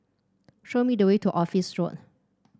show me the way to Office Road